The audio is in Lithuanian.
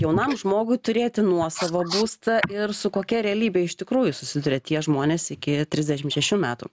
jaunam žmogui turėti nuosavą būstą ir su kokia realybe iš tikrųjų susiduria tie žmonės iki trisdešim šešių metų